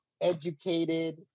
educated